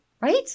right